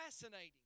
fascinating